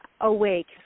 awake